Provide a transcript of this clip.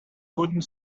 couldn’t